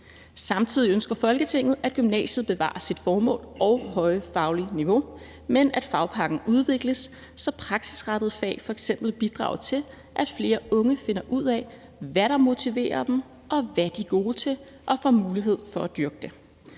Samtidig ønsker Folketinget, at gymnasiet bevarer sit formål og høje faglige niveau, men at fagpakken udvikles, så praksisrettede fag f.eks. bidrager til, at flere unge finder ud af, hvad der motiverer dem, og hvad de er gode til, og får mulighed for at dyrke det.